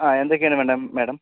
ആ എന്തൊക്കെയാണ് വേണ്ടത് മേഡം